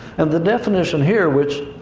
and the definition here, which,